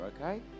okay